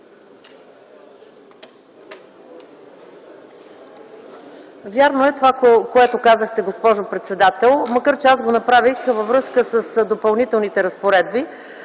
Вярно е това, което казахте, госпожо председател, макар че аз го направих във връзка с Допълнителните разпоредби.